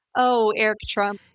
oh, eric trump.